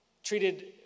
Treated